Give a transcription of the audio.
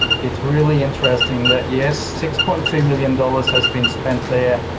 it's really interesting that yes, six point two million dollars has been spent there.